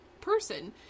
person